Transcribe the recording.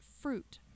fruit